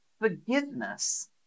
forgiveness